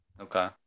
Okay